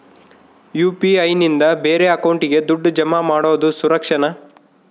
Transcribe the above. UPI ನಿಂದ ಬೇರೆ ಅಕೌಂಟಿಗೆ ದುಡ್ಡು ಜಮಾ ಮಾಡೋದು ಸುರಕ್ಷಾನಾ?